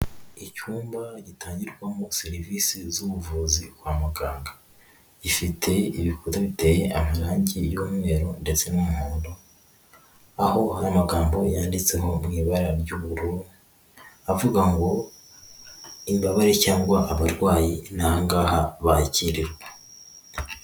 Icyumba gitangirwamo serivisi z'ubuvuzi kwa muganga, gifite ibikuta biteye amarange y'umweru ndetse n'umuhondo aho amagambo yanditseho mu ibara ry'uburu, avuga ngo imbabare cyangwa abarwayi ni aha ngaha bakirirwa.